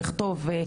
לכתוב,